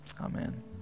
Amen